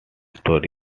story